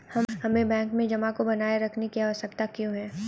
हमें बैंक में जमा को बनाए रखने की आवश्यकता क्यों है?